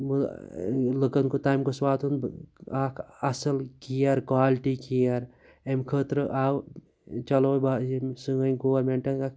لُکَن گوٚو تام گوٚژھ واتُن اَکھ اَصٕل کِیَر کالِٹی کِیَر امہِ خٲطرٕ آو چَلو یٔمۍ سٲنۍ گورمیٚنٹَن